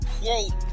Quote